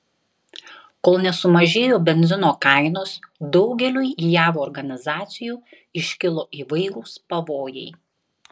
kol nesumažėjo benzino kainos daugeliui jav organizacijų iškilo įvairūs pavojai